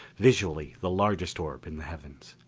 visually the largest orb in the heavens.